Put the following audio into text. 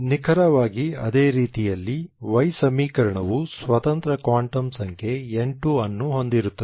ನಿಖರವಾಗಿ ಅದೇ ರೀತಿಯಲ್ಲಿ y ಸಮೀಕರಣವು ಸ್ವತಂತ್ರ ಕ್ವಾಂಟಮ್ ಸಂಖ್ಯೆ n2 ಅನ್ನು ಹೊಂದಿರುತ್ತದೆ